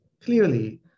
clearly